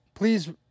Please